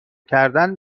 کردن